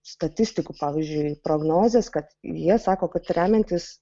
statistikų pavyzdžiui prognozės kad jie sako kad remiantis